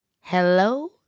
Hello